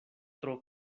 tro